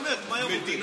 לא, באמת, מה היה מוטעה?